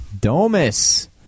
Domus